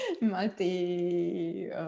multi